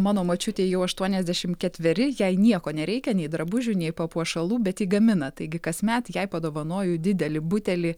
mano močiutei jau aštuoniasdešim ketveri jai nieko nereikia nei drabužių nei papuošalų bet ji gamina taigi kasmet jai padovanoju didelį butelį